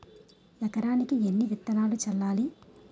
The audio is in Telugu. ఎకరానికి ఎన్ని విత్తనాలు చల్లాలి?